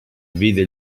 vide